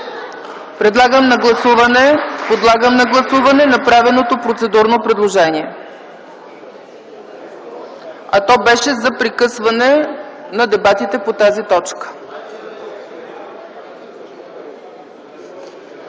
Подлагам на гласуване направеното процедурно предложение, а то беше за прекъсване на дебатите по тази точка.